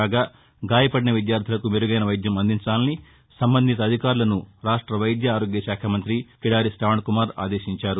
కాగా గాయపడిన విద్యార్దులకు మెరుగైన వైద్యం అందించాలని సంబంధిత అధికారులను రాష్ట వైద్య ఆరోగ్య శాఖ మంత్రి కిడారి శావణ్ కుమార్ ఆదేశించారు